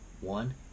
One